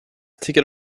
ticket